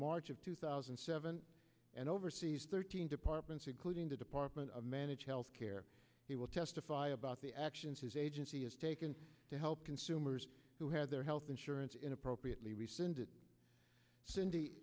march of two thousand and seven and oversees thirteen departments including the department of managed health care he will testify about the actions his agency has taken to help consumers who had their health insurance in appropriately rescinded cindy